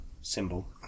symbol